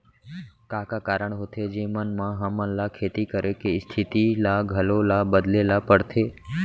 का का कारण होथे जेमन मा हमन ला खेती करे के स्तिथि ला घलो ला बदले ला पड़थे?